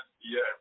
yes